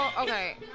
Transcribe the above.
okay